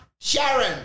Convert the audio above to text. sharon